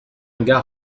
gars